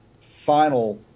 final